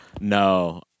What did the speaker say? No